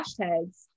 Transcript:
hashtags